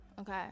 okay